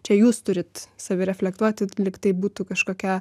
čia jūs turit savireflektuoti lyg tai būtų kažkokia